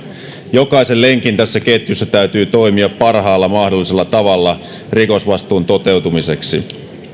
jokaisen lenkin tässä ketjussa täytyy toimia parhaalla mahdollisella tavalla rikosvastuun toteutumiseksi